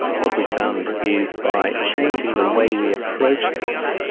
what we found is by changing the way we approach this,